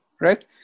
right